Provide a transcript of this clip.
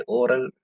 oral